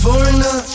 Foreigner